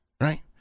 right